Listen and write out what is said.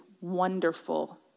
wonderful